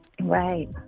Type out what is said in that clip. Right